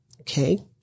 Okay